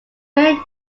many